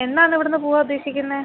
എന്നാണ് ഇവിടെ നിന്ന് പോവാൻ ഉദ്ദേശിക്കുന്നത്